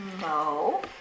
No